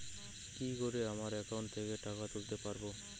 কি করে আমার একাউন্ট থেকে টাকা তুলতে পারব?